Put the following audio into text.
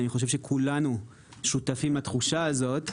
חושב שכולנו שותפים לתחושה הזאת.